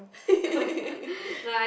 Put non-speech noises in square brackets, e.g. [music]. [laughs]